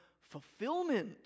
fulfillment